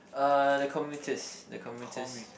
uh the commuters the commuters